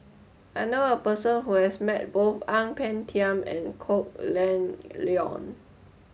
I know a person who has met both Ang Peng Tiam and Kok Leun